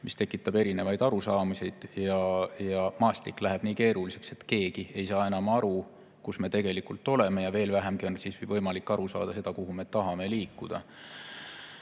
See tekitab erinevaid arusaamisi ja maastik läheb nii keeruliseks, et keegi ei saa enam aru, kus me tegelikult oleme, ja veel vähem on võimalik aru saada, kuhu me tahame liikuda.